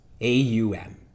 A-U-M